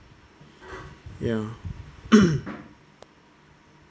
ya